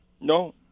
No